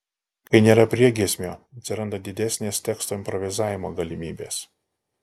kai nėra priegiesmio atsiranda didesnės teksto improvizavimo galimybės